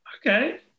Okay